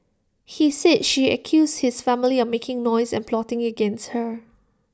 he said she accused his family of making noise and plotting against her